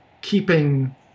keeping